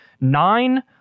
nine